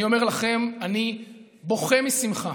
אני אומר לכם, ואני בוכה משמחה